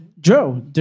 Joe